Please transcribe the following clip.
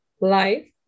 life